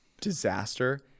disaster –